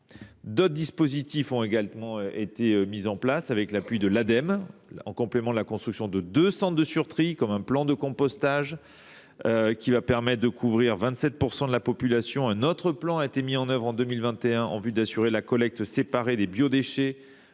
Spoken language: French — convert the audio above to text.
D’autres dispositifs ont également été mis en place avec l’appui de l’Ademe : la construction de deux centres de surtri, ainsi qu’un plan de compostage, qui permettra de couvrir 27 % de la population. Un autre plan a été mis en œuvre en 2021 en vue d’assurer la collecte séparée des biodéchets